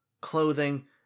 clothing